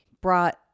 brought